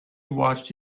watched